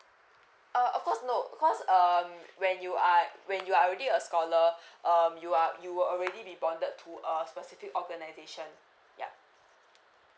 uh of course no cause um when you are when you are already a scholar um you are you were already been bonded to a specific organisation yup